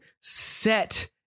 set